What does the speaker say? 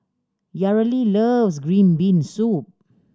Yareli loves green bean soup